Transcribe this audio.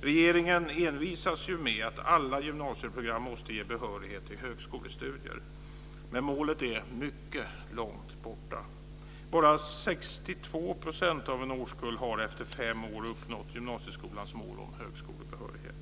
Regeringen envisas ju med att alla gymnasieprogram måste ge behörighet till högskolestudier. Men målet är mycket långt borta. Bara 62 % av en årskull har efter fem år uppnått gymnasieskolans mål om högskolebehörighet.